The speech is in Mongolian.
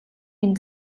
энэ